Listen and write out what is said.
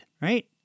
right